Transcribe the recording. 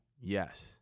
Yes